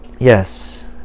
Yes